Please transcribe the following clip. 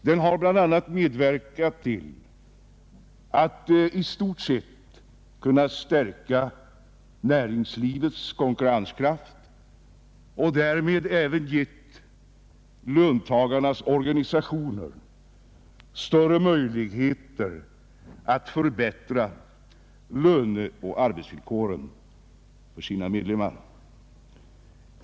Den har bl.a. medverkat till att i stort sett stärka näringslivets konkurrenskraft och har därmed även givit löntagarnas organisationer ökade möjligheter att förbättra löneoch arbetsvillkoren för sina medlemmar.